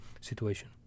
situation